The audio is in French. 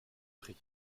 prie